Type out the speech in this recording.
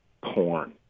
porn